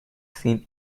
seen